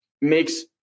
makes